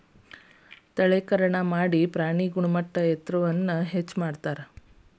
ತಳೇಕರಣಾ ಮಾಡಿ ಪ್ರಾಣಿಯ ಗುಣಮಟ್ಟ ಎತ್ತರವನ್ನ ಹೆಚ್ಚ ಮಾಡತಾರ